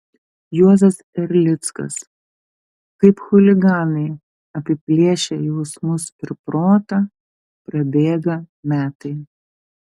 juozas erlickas kaip chuliganai apiplėšę jausmus ir protą prabėga metai